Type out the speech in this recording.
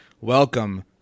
Welcome